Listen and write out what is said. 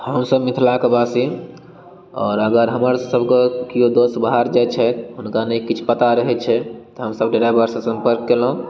हमसब मिथिलाके वासी आओर अगर हमर सबके केओ दोस्त बाहर जाइ छथि हुनका नहि किछु पता रहै छै तऽ हमसब सँ सम्पर्क केलहुँ